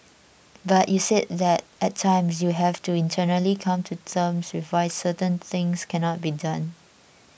but you said that at times you have to internally come to terms with why certain things cannot be done